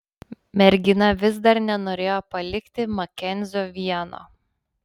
mergina vis dar nenorėjo palikti makenzio vieno